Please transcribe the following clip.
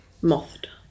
Mothed